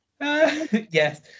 yes